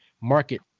market